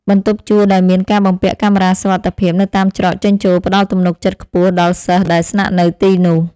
បន្ទប់ជួលដែលមានការបំពាក់កាមេរ៉ាសុវត្ថិភាពនៅតាមច្រកចេញចូលផ្តល់ទំនុកចិត្តខ្ពស់ដល់សិស្សដែលស្នាក់នៅទីនោះ។